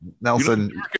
Nelson